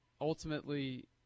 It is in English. ultimately –